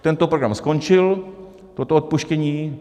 Tento program skončil, toto odpuštění.